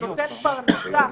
שנותן פרנסה,